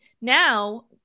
Now